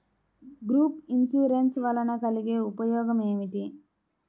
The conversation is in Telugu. గ్రూప్ ఇన్సూరెన్స్ వలన కలిగే ఉపయోగమేమిటీ?